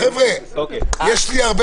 חבר'ה, יש לי הרבה